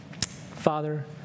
Father